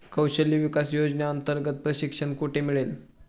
कौशल्य विकास योजनेअंतर्गत प्रशिक्षण कुठे मिळेल?